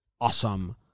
awesome